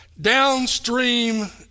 downstream